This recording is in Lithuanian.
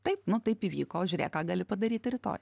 taip nu taip įvyko žiūrėk ką gali padaryti rytoj